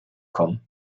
kommen